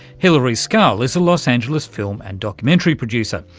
hilari scarl is a los angeles film and documentary producer.